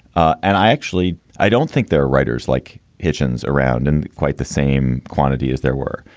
and i actually i don't think there are writers like hitchens around in quite the same quantity as there were.